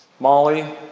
Molly